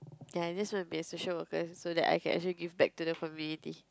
ya I just want to be a social worker so that I can actually give back to the community